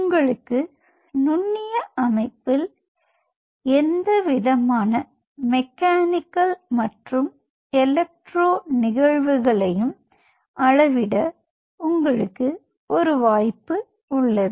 உங்களுக்கு ஒரு நுண்ணிய அமைப்பில் எந்தவிதமான மெக்கானிக்கல் மற்றும் எலக்ட்ரோ நிகழ்வுகளையும் அளவிட உங்களுக்கு ஒரு வாய்ப்பு உள்ளது